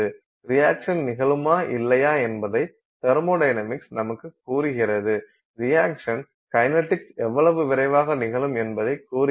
reaction நிகழுமா இல்லையா என்பதை தெர்மொடைனமிக்ஸ் நமக்குக் கூறுகிறது ரியாக்சன் கைனடிக்ஸ் எவ்வளவு விரைவாக நிகழும் என்பதைக் கூறுகிறது